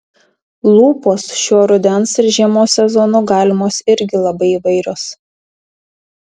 lūpos šiuo rudens ir žiemos sezonu galimos irgi labai įvairios